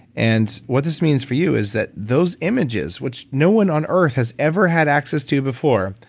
and what this means for you is that those images, which no one on earth has ever had access to before,